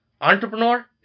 entrepreneur